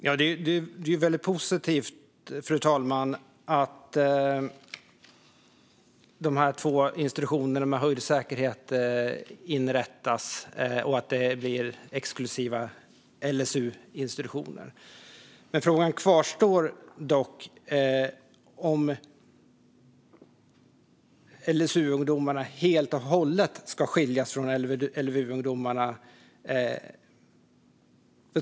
Fru talman! Det är väldigt positivt att dessa två institutioner med höjd säkerhet inrättas och blir exklusiva LSU-institutioner. Frågan kvarstår dock: Ska LSU-ungdomarna helt och hållet skiljas från LVU-ungdomarna?